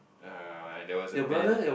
uh like there was a band